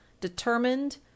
determined